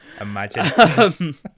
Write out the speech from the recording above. imagine